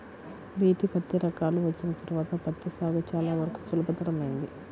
BT పత్తి రకాలు వచ్చిన తర్వాత పత్తి సాగు చాలా వరకు సులభతరమైంది